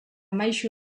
maisu